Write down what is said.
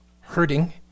hurting